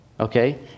Okay